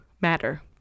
matter